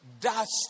Dust